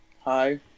Hi